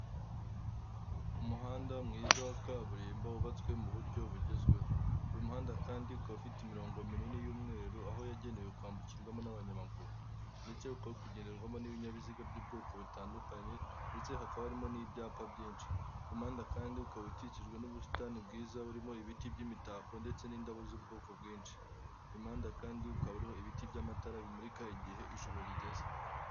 Umuhanda mwiza wa kaburimbo wubatswe mu buryo bugezweho. Uyu muhanda kandi ukaba ufite imirongo minini y'umweru aho yagenewe kwambukirwamo n'abanyamaguru. Ndetse hakaba harikugenderwamo n'ibinyabiziga by'ubwoko butandukanye, ndetse hakaba harimo n'ibyapa byinshi. Uyu muhanda kandi ukaba ukikijwe n'ubusitani bwiza burimo ibiti by'imitako ndetse n'indabo z'ubwoko bwinshi. Uyu muhanda kandi ukaba uriho ibiti by'amatara bimurika igihe ijoro rigeze.